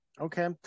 Okay